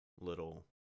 little